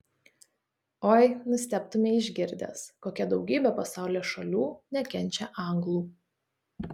oi nustebtumei išgirdęs kokia daugybė pasaulio šalių nekenčia anglų